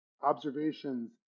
observations